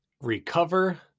recover